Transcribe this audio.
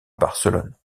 barcelone